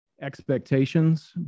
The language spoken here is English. expectations